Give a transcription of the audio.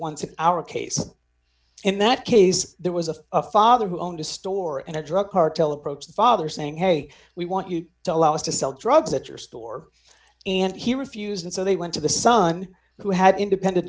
of our case in that case there was a father who owned a store and a drug cartel approached the father saying hey we want you to allow us to sell drugs at your store and he refused and so they went to the son who had independent